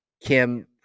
Kim